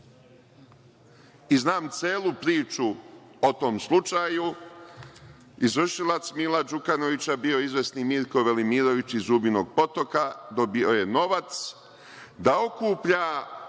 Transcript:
Znam celu priču o tom slučaju. Izvršilac Mila Đukanovića je bio izvesni Mirko Velimirović iz Zubinog Potoka, dobio je novac da okuplja